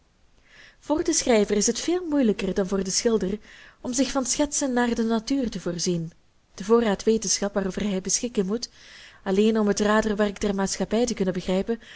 voor den schrijver is het veel moeilijker dan voor den schilder om zich van schetsen naar de natuur te voorzien de voorraad wetenschap waarover hij beschikken moet alleen om het raderwerk der maatschappij te kunnen begrijpen